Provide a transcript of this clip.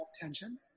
tension